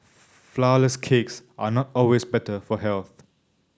flourless cakes are not always better for health